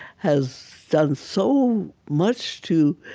has done so much to